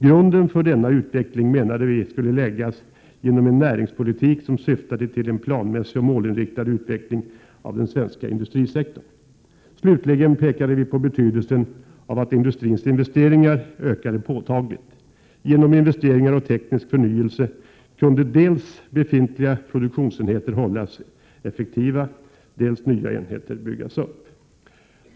Grunden för denna utveckling menade vi skulle läggas genom en näringspolitik som syftade till en planmässig och målinriktad utveckling av den svenska industrisektorn. Slutligen pekade vi på betydelsen av att industrins investeringar ökade påtagligt. Genom investeringar och teknisk förnyelse kunde dels befintliga produktionsenheter hållas effektiva, dels nya enheter byggas upp.